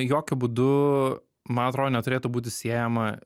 jokiu būdu man atro neturėtų būti siejama